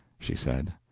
she said.